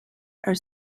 are